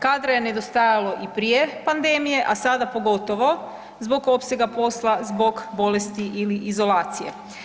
Kadra je nedostajalo i prije pandemije, a sada pogotovo zbog opsega posla, zbog bolesti ili izolacije.